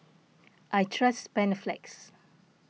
I trust Panaflex